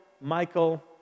Michael